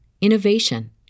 innovation